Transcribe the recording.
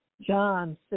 John